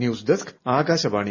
news desk Akashvani